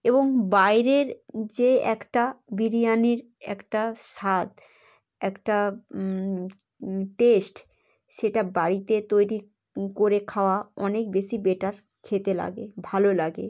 এবং বাইরের যে একটা বিরিয়ানির একটা স্বাদ একটা টেস্ট সেটা বাড়িতে তৈরি করে খাওয়া অনেক বেশি বেটার খেতে লাগে ভালো লাগে